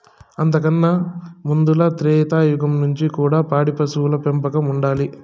అంతకన్నా ముందల త్రేతాయుగంల నుంచి కూడా పాడి పశువుల పెంపకం ఉండాది